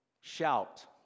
shout